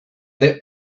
that